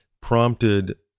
prompted